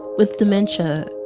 with dementia,